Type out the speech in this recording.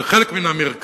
זה חלק מהמרקם